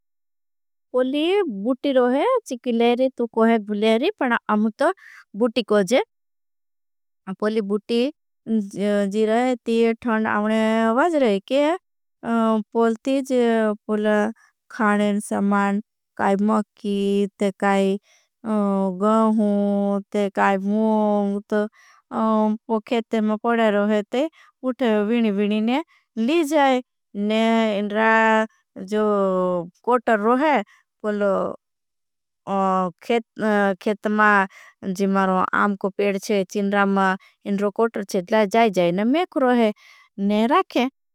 पोली बुटी रोहे चिकी लेरी तू कोहे गुलेरी पणा आमुत बुटी कोजे। पोली बुटी जी रोहे ती थंड आउने आवाज रोहे। के पोलती जी खानें समान काई मकी ते काई। गहुं ते काई मूंत पो खेते में पड़े रोहे ते उठे विनी। विनी ने ली जाए ने इन्रा जो कोटर रोहे पोलो। खेत खेत मां जी मारों आम को पेड़ छे चिन्रा। मां इन्रो कोटर छे ते लाई जाए जाए ने मेक रोहे ने राखे।